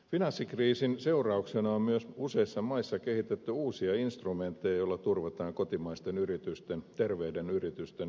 finanssikriisin seurauksena on myös useissa maissa kehitetty uusia instrumentteja joilla turvataan kotimaisten terveiden yritysten jatko